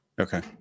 Okay